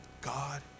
God